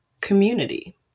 community